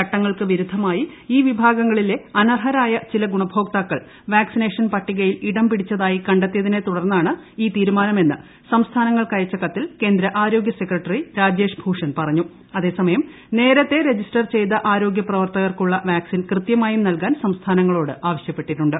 ചട്ടങ്ങൾക്ക് വിരുദ്ധമായി ഈ വിഭാഗ്രങ്ങളിലെ അനർഹരായ ചില ഗുണഭോക്താക്കൾ വാക്സിനേഷ്ട്ൻ പ്ട്ടികയിൽ ഇടംപിടിച്ചതായി കണ്ടെത്തിയതിനെ തുടൂർന്നാണ് ഈ തീരുമാനമെന്ന് സംസ്ഥാനങ്ങൾക്കയച്ച കൃത്തീർ കേന്ദ്ര ആരോഗ്യ സെക്രട്ടറി രാജേഷ് ഭൂഷൺ പറഞ്ഞൂ് അതേസമയം നേരത്തെ രജിസ്റ്റർ ചെയ്ത ആരോഗൃ പ്രവർത്തകർക്കുള്ള വാക്സിൻ കൃതൃമായും നൽകാൻ സംസ്ഥാനങ്ങളോട് ആവശ്യപ്പെട്ടിട്ടുണ്ട്